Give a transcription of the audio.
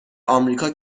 آمریکا